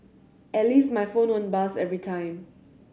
at least my phone won't buzz every time